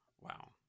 Wow